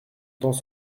temps